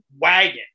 wagon